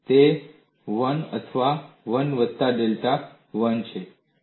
શું તે 1 અથવા 1 વત્તા ડેલ્ટા 1 છે